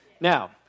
Now